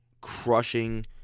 crushing